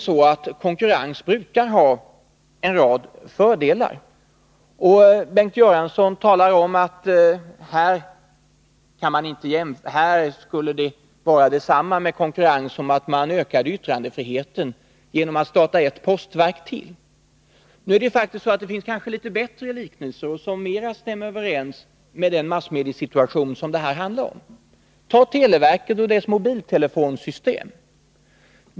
Konkurrens brukar ha en rad fördelar. Bengt Göransson gör jämförelsen att konkurrens här skulle vara detsamma som att öka yttrandefriheten genom att starta ett postverk till. Nu är det faktiskt så att det finns litet bättre liknelser, som mera stämmer överens med den massmediesituation som det här handlar om. Ta televerket och dess mobiltelefonsystem!